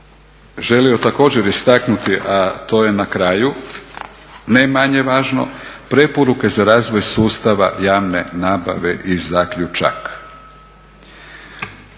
želio također istaknuti a to je na kraju, ne manje važno, preporuke za razvoj sustava javne nabave i zaključak.